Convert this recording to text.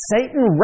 Satan